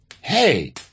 Hey